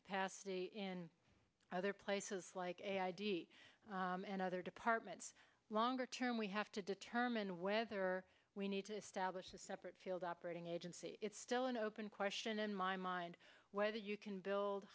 capacity in other places like id and other departments longer term we have to determine whether we need to establish a separate field operating agency it's still an open question in my mind whether you can build